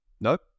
nope